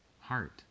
heart